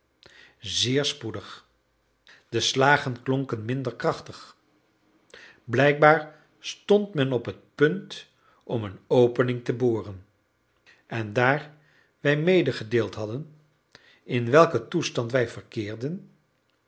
zeer spoedig de slagen klonken minder krachtig blijkbaar stond men op het punt om een opening te boren en daar wij medegedeeld hadden in welken toestand wij verkeerden